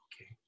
okay